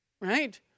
right